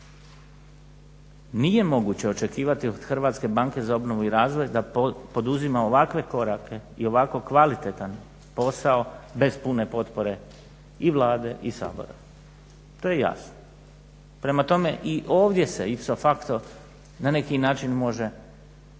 Nije moguće očekivati od HBOR-a da poduzima ovakve korake i ovako kvalitetan posao bez pune potpore i Vlade i Sabora, to je jasno. Prema tome i ovdje se … na neki način može izvući